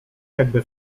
jakby